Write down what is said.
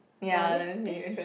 ya